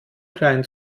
klein